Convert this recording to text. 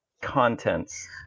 Contents